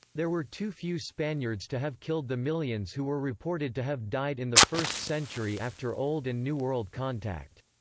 there were too few spaniards to have killed the millions who were reported to have died in the first century after old and new world contact.